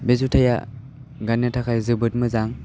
बे जुथाया गाननो थाखाय जोबोद मोजां